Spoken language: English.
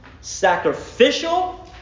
sacrificial